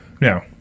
Now